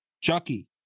Chucky